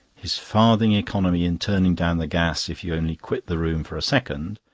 his farthing economy in turning down the gas if you only quit the room for a second,